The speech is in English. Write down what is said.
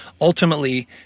ultimately